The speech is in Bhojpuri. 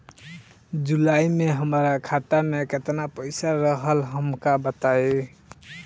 जुलाई में हमरा खाता में केतना पईसा रहल हमका बताई?